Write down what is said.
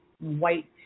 white